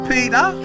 Peter